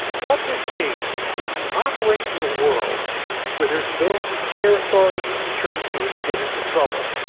what this means is that when you operate in a world where there's no higher authority you can turn to when you get into trouble,